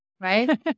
right